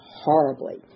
horribly